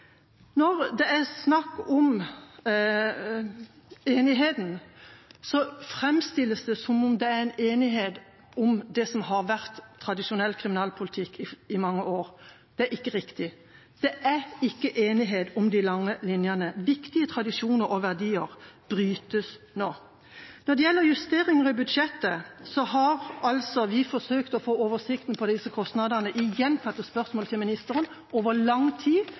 Når det er snakk om enigheten, framstilles det som om det er en enighet om det som har vært tradisjonell kriminalpolitikk i mange år. Det er ikke riktig. Det er ikke enighet om de lange linjene. Viktige tradisjoner og verdier brytes nå. Når det gjelder justeringer i budsjettet, har altså vi forsøkt å få oversikt over disse kostnadene i gjentatte spørsmål til ministeren, over lang tid,